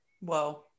Whoa